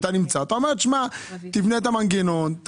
אומרים לך תבנה את המנגנון,